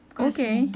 okay